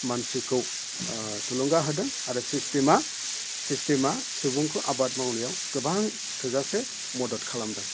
मानसिखौ थुलुंगा होदों आरो सिस्थेमा सुबुंखौ आबाद मावनायाव गोबां थोजासे मदद खालामदों